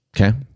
Okay